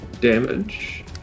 damage